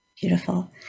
Beautiful